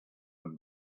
him